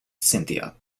cynthia